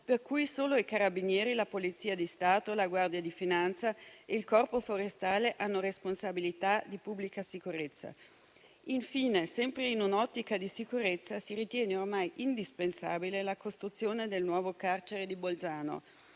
al quale solo i Carabinieri, la Polizia di Stato, la Guardia di finanza e il Corpo forestale hanno responsabilità di pubblica sicurezza. Infine, sempre in un'ottica di sicurezza, si ritiene ormai indispensabile la costruzione del nuovo carcere di Bolzano: